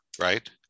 right